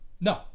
No